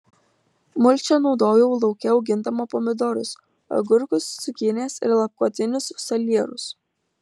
mulčią naudojau lauke augindama pomidorus agurkus cukinijas ir lapkotinius salierus